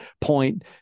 point